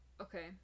okay